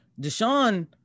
Deshaun